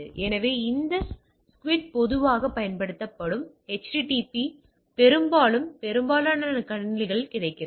எனவே இந்த ஸ்க்விட் பொதுவாகப் பயன்படுத்தப்படும் HTTP பெரும்பாலும் பெரும்பாலான கணினிகளில் கிடைக்கிறது